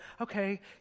Okay